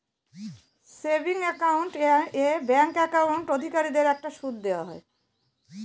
savings account এ bank account অধিকারীদের একটা সুদ দেওয়া হয়